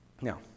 Now